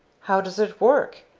how does it work?